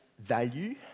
value